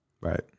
Right